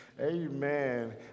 Amen